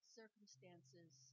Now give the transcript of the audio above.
circumstances